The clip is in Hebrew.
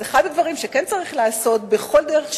אז אחד הדברים שכן צריך לעשות בכל דרך שהיא,